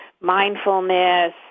mindfulness